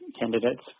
candidates